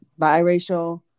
biracial